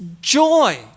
joy